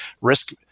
risk